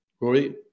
Rory